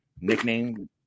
nickname